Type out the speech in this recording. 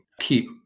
keep